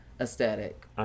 aesthetic